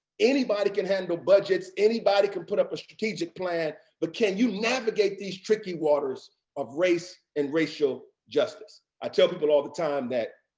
anybody can handle budgets, anybody can put up a strategic plan, but can you navigate these tricky waters of race and racial justice? i tell people all the time that,